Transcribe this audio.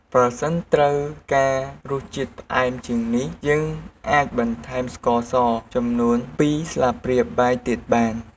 ប្រសិនត្រូវការរសជាតិផ្អែមជាងនេះ យើងអាចបន្ថែមស្ករសចំនួន២ស្លាបព្រាបាយទៀតបាន។